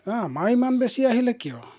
আমাৰ ইমান বেছি আহিলে কিয়